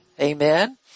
Amen